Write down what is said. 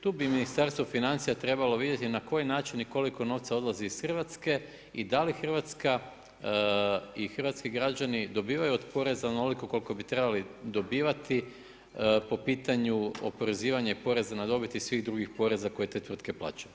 Tu bi Ministarstvo financija trebalo vidjeti na koji način i koliko novca odlazi iz Hrvatske i da li Hrvatska i hrvatski građani dobivaju od poreza onoliko koliko bi trebali dobivati po pitanju oporezivanja i poreza na dobiti svih drugih poreza koje te tvrtke plaćaju.